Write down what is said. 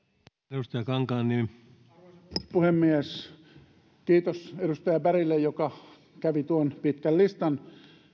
arvoisa puhemies kiitos edustaja bergille joka kävi tuon pitkän listan